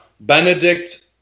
Benedict